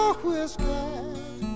whiskey